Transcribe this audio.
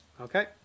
Okay